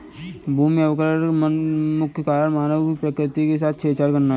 भूमि अवकरण का मुख्य कारण मानव का प्रकृति के साथ छेड़छाड़ करना है